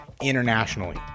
internationally